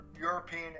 European